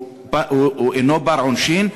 שאינו בר-עונשין,